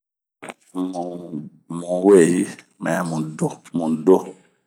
Mu mu weyi mɛ mudo,, mudo